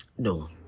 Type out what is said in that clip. No